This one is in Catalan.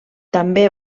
també